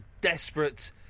desperate